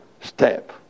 step